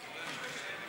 נא לסכם.